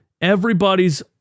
everybody's